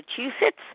Massachusetts